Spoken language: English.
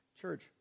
Church